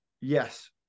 yes